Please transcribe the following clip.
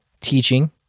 teaching